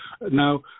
Now